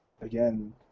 again